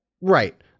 Right